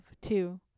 two